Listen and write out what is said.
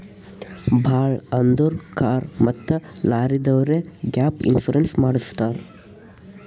ಭಾಳ್ ಅಂದುರ್ ಕಾರ್ ಮತ್ತ ಲಾರಿದವ್ರೆ ಗ್ಯಾಪ್ ಇನ್ಸೂರೆನ್ಸ್ ಮಾಡುಸತ್ತಾರ್